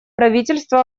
правительство